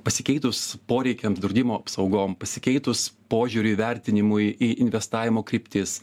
pasikeitus poreikiam draudimo apsaugom pasikeitus požiūriui vertinimui į investavimo kryptis